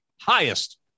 highest